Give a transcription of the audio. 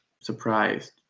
surprised